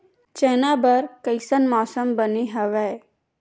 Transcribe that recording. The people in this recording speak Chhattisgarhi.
चना बर कइसन मौसम बने हवय?